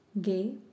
gay